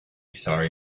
sorry